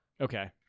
Okay